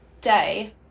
day